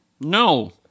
no